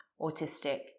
autistic